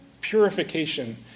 purification